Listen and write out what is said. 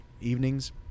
evenings